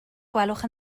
gwelwch